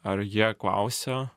ar jie klausia